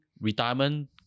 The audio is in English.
retirement